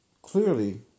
Clearly